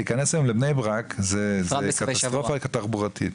להיכנס היום לבני ברק זו קטסטרופה תחבורתית.